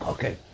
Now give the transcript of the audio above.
Okay